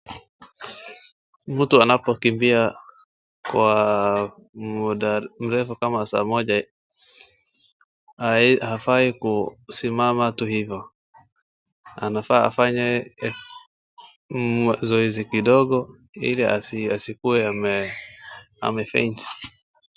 Mtu anapokombia kwa muda mrefu kama saa moja hivi hafai kusimama tu hivo. Anafaa afanye mazoezi kidogo ili asikuwe ame faint .